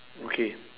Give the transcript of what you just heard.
okay